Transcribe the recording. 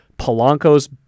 polanco's